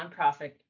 nonprofit